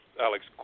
Alex